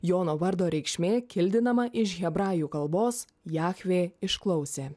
jono vardo reikšmė kildinama iš hebrajų kalbos jahve išklausė